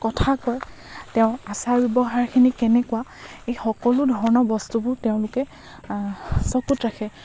কথা কয় তেওঁ আচাৰ ব্যৱহাৰখিনি কেনেকুৱা এই সকলো ধৰণৰ বস্তুবোৰ তেওঁলোকে চকুত ৰাখে